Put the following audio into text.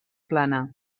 plana